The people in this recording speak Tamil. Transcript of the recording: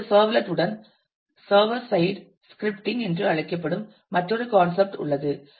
இப்போது சர்வ்லெட் உடன் சர்வர் சைட் ஸ்கிரிப்டிங் என்று அழைக்கப்படும் மற்றொரு கான்செப்ட் உள்ளது